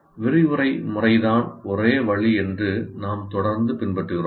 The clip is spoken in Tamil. விரிவுரை முறை தான் ஒரே வழி என்று நாம் தொடர்ந்து பின்பற்றுகிறோம்